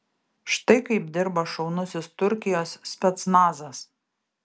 štai kaip dirba šaunusis turkijos specnazas